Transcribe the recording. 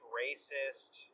racist